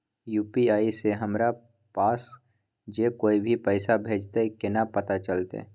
UPI से हमरा पास जे कोय भी पैसा भेजतय केना पता चलते?